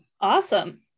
Awesome